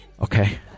Okay